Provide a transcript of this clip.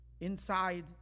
inside